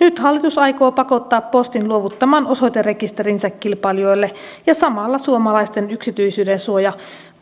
nyt hallitus aikoo pakottaa postin luovuttamaan osoiterekisterinsä kilpailijoille ja samalla suomalaisten yksityisyydensuoja